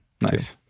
Nice